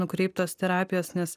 nukreiptos terapijos nes